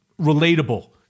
relatable